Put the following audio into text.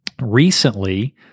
recently